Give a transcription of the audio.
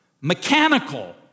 mechanical